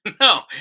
no